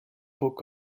book